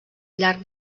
llarg